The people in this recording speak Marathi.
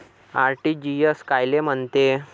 आर.टी.जी.एस कायले म्हनते?